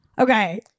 okay